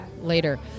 later